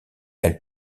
elle